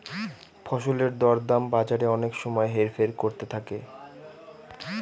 ফসলের দর দাম বাজারে অনেক সময় হেরফের করতে থাকে